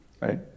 right